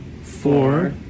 four